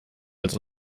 als